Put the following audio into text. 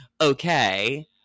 okay